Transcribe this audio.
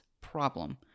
problem